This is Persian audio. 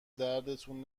دردتون